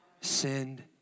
send